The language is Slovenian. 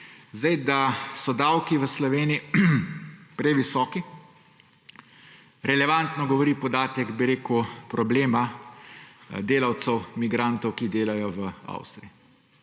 Da so davki v Sloveniji previsoki, relevantno govori podatek o problemu delavcev migrantov, ki delajo v Avstriji.